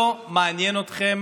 לא מעניין אתכם